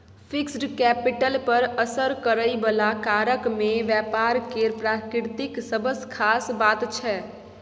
fixed capital पर असर करइ बला कारक मे व्यापार केर प्रकृति सबसँ खास बात छै